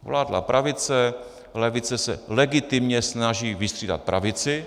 Vládla pravice, levice se legitimně snaží vystřídat pravici.